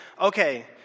okay